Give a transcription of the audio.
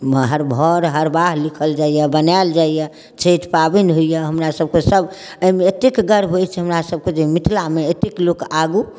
हर हरबाह लिखल जाइया बनायल जाइय छठि पाबनि होइया हमरा सबके सब एहिमे एतेक गर्व अछि हमरा सबके जे मिथिला मे एतेक लोक आगू